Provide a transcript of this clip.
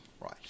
Right